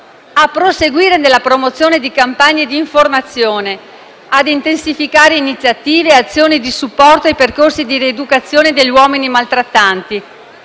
proseguire nella promozione di campagne d'informazione; intensificare iniziative e azioni di supporto, nonché percorsi di rieducazione degli uomini maltrattanti;